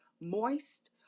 moist